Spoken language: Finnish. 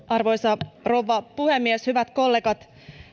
arvoisa rouva puhemies hyvät kollegat